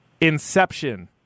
Inception